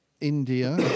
India